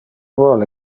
vole